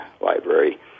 library